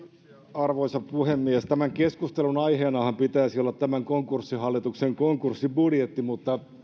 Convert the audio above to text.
arvoisa puhemies tämän keskustelun aiheenahan pitäisi olla tämän konkurssihallituksen konkurssibudjetti mutta